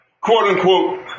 quote-unquote